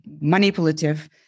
manipulative